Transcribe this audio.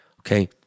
Okay